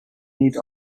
need